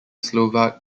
slovak